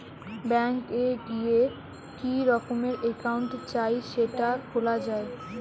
bank এ গিয়ে কি রকমের একাউন্ট চাই সেটা খোলা যায়